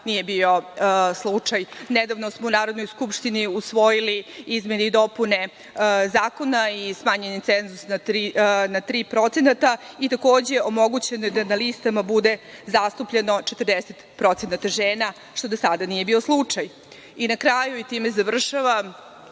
nije bio slučaj. Nedavno smo u Narodnoj skupštini usvojili izmene i dopune Zakona i smanjen je cenzus na 3%, i takođe je omogućeno da na listama bude zastupljeno 40% žena što do sada nije bilo slučaj. Na kraju, time završavam,